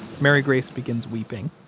mary grace begins weeping.